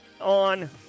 on